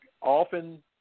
often